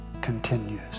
continues